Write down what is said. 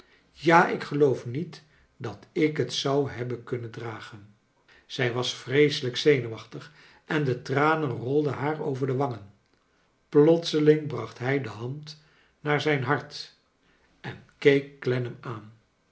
ja ik geloof niet dat ik het zou hebben kunnen dragen zij was vreeselijk zenuwachtig en de tranen rolden haar over de wangen plotseling bracht hij de hand naar zijn hart en keek clennam aan